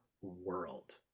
world